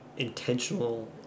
intentional